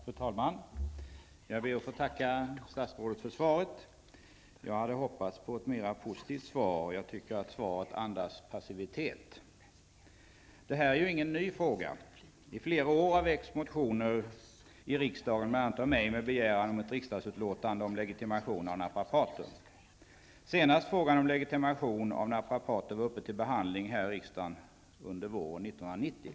Fru talman! Jag ber att få tacka statsrådet för svaret. Jag hade hoppats på ett mer positivt svar. Jag tycker att svaret andas passivitet. Detta är ju ingen ny fråga. I flera år har väckts motioner i riksdagen, bl.a. av mig, med begäran om ett riksdagsutlåtande om legitimation av naprapater. Senast frågan om legitimation av naprapater var uppe till behandling här i riksdagen var under våren 1990.